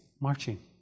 marching